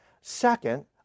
Second